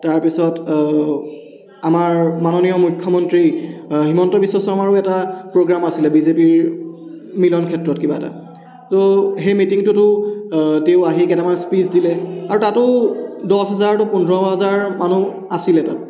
তাৰপিছত আমাৰ মাননীয় মুখ্যমন্ত্ৰী হিমন্ত বিশ্ব শৰ্মাৰো এটা প্ৰ'গ্ৰাম আছিলে বি জে পিৰ মিলন ক্ষেত্ৰত কিবা এটা ত' সেই মিটিংটোতো তেওঁ আহি কেইটামান স্পীচ দিলে আৰু তাতো দহ হাজাৰ পোন্ধৰ হাজাৰ মানুহ আছিলে তাত